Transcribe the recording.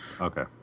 okay